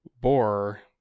bore